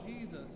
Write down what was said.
Jesus